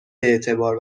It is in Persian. اعتبار